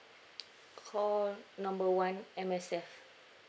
call number one M_S_F